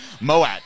Moat